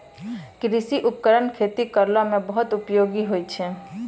कृषि उपकरण खेती करै म बहुत उपयोगी होय छै